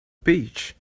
beach